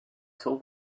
told